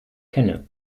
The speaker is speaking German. kenne